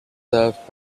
served